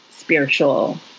spiritual